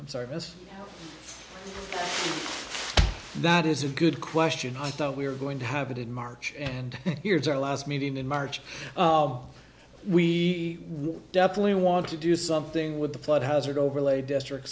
service that is a good question i thought we were going to have it in march and here's our last meeting in march we will definitely want to do something with the flood hazard overlay district